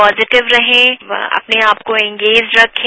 positive रहें और अपने आपको इंगेज रखें